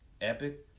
epic